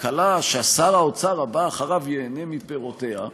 כלכלה ששר האוצר הבא אחריו ייהנה מפירותיה.